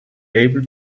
able